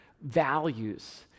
values